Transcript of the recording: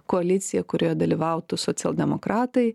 koalicija kurioje dalyvautų socialdemokratai